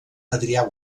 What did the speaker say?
adrià